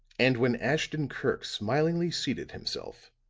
and when ashton-kirk smilingly seated himself,